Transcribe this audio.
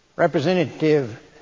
Representative